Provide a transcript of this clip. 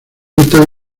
lento